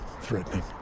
threatening